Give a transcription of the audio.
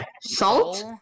Salt